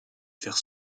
faire